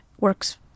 works